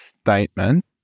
statement